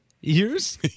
Years